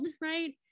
right